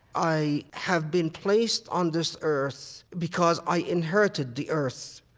i have been placed on this earth because i inherited the earth.